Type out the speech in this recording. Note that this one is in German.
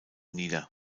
nieder